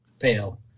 fail